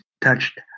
touched